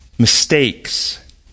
mistakes